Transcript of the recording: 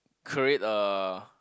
create a